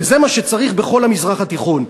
וזה מה שצריך בכל המזרח התיכון.